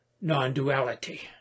non-duality